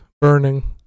burning